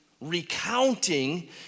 recounting